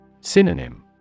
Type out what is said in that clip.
Synonym